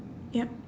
yup